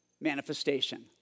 manifestation